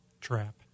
trap